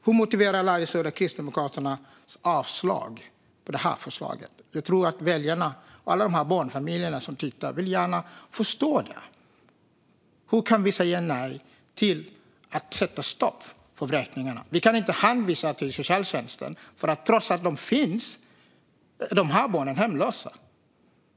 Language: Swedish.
Hur motiverar Larry Söder Kristdemokraternas avslag på detta förslag? Jag tror att alla väljare och barnfamiljer som tittar gärna vill förstå hur man kan säga nej till att sätta stopp för vräkningarna. Vi kan inte hänvisa till socialtjänsten, för trots att socialtjänsten finns är dessa barn hemlösa.